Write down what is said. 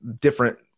different